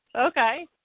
Okay